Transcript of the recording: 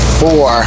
four